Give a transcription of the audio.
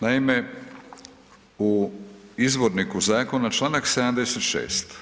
Naime, u izvorniku zakona čl. 76.